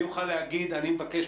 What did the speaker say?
אני אוכל להגיד: אני מבקש,